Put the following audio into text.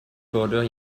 border